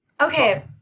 Okay